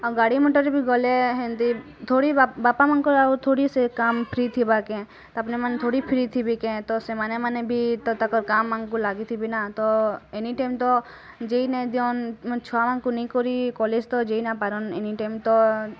ହଁ ଗାଡ଼ି ମଟର୍ବି ଗଲେ ହେନ୍ତି ଥୋଡ଼ି ବାପା ମାଆଙ୍କ ଥୋଡ଼ି ସେ କାମ୍ ଫ୍ରୀ ଥିବା କେ ତା'ପରେ ମାନେ ଥୋଡ଼ି ଫ୍ରୀ ଥିବେ କେ ତ ସେମାନେ ମାନେ ବି ତ ତାଙ୍କ ଗାଁ ଲାଗି ଥିବି ନା ତ ଏନି ଟାଇମ୍ ତ ଜେୟ ନାଇଁ ଦିଅନ୍ ମାନେ ଛୁଆମାନ୍ଙ୍କୁ ନେଇ କରି କଲେଜ୍ ତ ଯେଇଁ ନ୍ ପାରନ୍ ଏନି ଟାଇମ୍ ତ